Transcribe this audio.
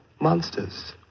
monsters